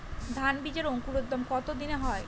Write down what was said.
ধান বীজের অঙ্কুরোদগম কত দিনে হয়?